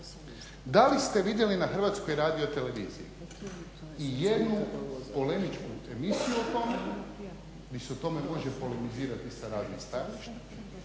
dali ste vidjeli na HRT-u i jednu polemičku emisiju o tome jer se o tome može polemizirati sa raznih stajališta.